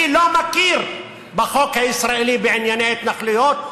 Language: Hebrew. אני לא מכיר בחוק הישראלי בענייני התנחלויות,